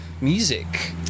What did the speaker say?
music